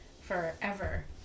forever